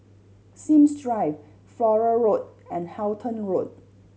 Sims Drive Flora Road and Halton Road